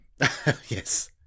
Yes